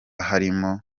harimo